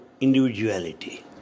individuality